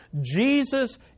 Jesus